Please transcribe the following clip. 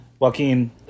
Joaquin